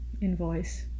invoice